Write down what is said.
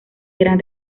gran